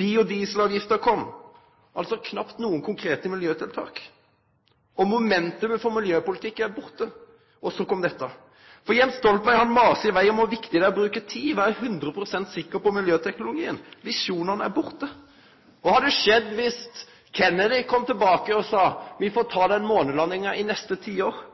biodieselavgifta kom – altså knapt eitt konkret miljøtiltak. Og momentumet for miljøpolitikk er borte – og så kom dette. Jens Stoltenberg masar i veg om kor viktig det er å bruke tid og vere 100 pst. sikker på miljøteknologien. Visjonane er borte. Kva hadde skjedd dersom Kennedy kom tilbake og sa: Me får ta den månelandinga i det neste